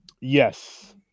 Yes